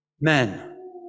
Men